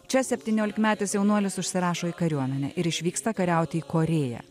čia septyniolikmetis jaunuolis užsirašo į kariuomenę ir išvyksta kariauti į korėją